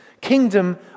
Kingdom